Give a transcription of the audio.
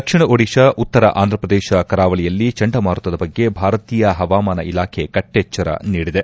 ದಕ್ಷಿಣ ಓಡಿತಾ ಉತ್ತರ ಆಂಧಪ್ರದೇಶ ಕರಾವಳಿಯಲ್ಲಿ ಚಂಡಮಾರುತದ ಬಗ್ಗೆ ಭಾರತೀಯ ಹವಾಮಾನ ಇಲಾಖೆ ಕಟ್ಟೆಚ್ಚರ ನೀಡಿದೆ